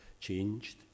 changed